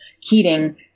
Keating